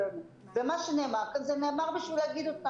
ומה שנאמר כאן נאמר בשביל להגיד.